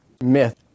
myth